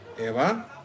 Eva